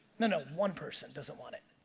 no, no, one person doesn't want it.